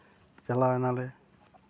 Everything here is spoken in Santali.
ᱪᱟᱞᱟᱣᱮᱱᱟ ᱞᱮ